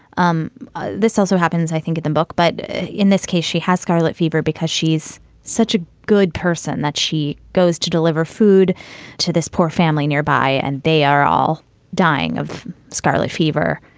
um ah this also happens, i think at the book. but in this case, she has scarlet fever because she's such a good person that she goes to deliver food to this poor family nearby and they are all dying of scarlet fever.